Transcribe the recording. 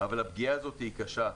אבל הפגיעה הזו היא קשה.